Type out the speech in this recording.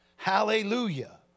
Hallelujah